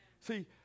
See